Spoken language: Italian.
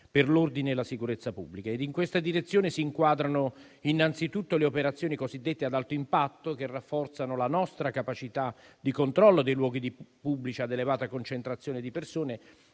per l'ordine e la sicurezza pubblica. In questa direzione si inquadrano, innanzitutto, le operazioni cosiddette ad alto impatto, che rafforzano la nostra capacità di controllo dei luoghi pubblici a elevata concentrazione di persone,